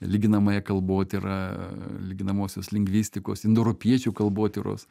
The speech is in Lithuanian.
lyginamąją kalbotyrą lyginamosios lingvistikos indoeuropiečių kalbotyros